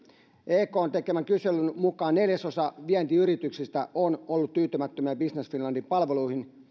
ekn tekemän kyselyn mukaan neljäsosa vientiyrityksistä on ollut tyytymätön business finlandin palveluihin